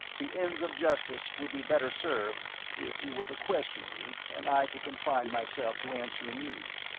the ends of justice would be better served if you were to question me, and i to confine myself to answering you.